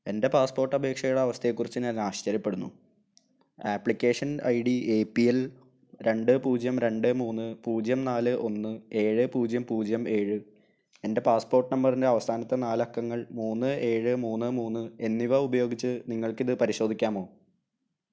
എൻ്റെ പാസ്പോർട്ട് അപേക്ഷയുടെ അവസ്ഥയെക്കുറിച്ച് ഞാൻ ആശ്ചര്യപ്പെടുന്നു application ID A P L എൽ രണ്ട് പൂജ്യം രണ്ട് മൂന്ന് പൂജ്യം നാല് ഒന്ന് ഏഴ് പൂജ്യം പൂജ്യം ഏഴ് എൻ്റെ പാസ്പോർട്ട് നമ്പറിൻ്റെ അവസാനത്തെ നാല് അക്കങ്ങൾ മൂന്ന് ഏഴ് മൂന്ന് മൂന്ന് എന്നിവ ഉപയോഗിച്ച് നിങ്ങൾക്ക് ഇത് പരിശോധിക്കാമോ